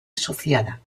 asociada